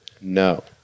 no